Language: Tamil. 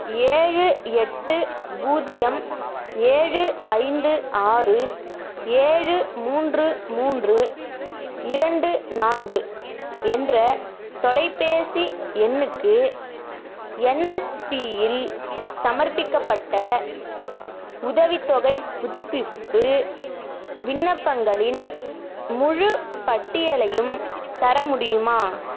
ஏழு எட்டு பூஜ்ஜியம் ஏழு ஐந்து ஆறு ஏழு மூன்று மூன்று இரண்டு நான்கு என்ற தொலைபேசி எண்ணுக்கு என்எஸ்பியில் சமர்ப்பிக்கப்பட்ட உதவித்தொகைப் புதுப்பிப்பு விண்ணப்பங்களின் முழுப்பட்டியலையும் தர முடியுமா